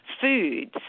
foods